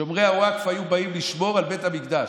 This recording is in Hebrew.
שומרי הווקף היו באים לשמור על בית המקדש,